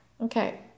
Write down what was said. Okay